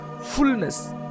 fullness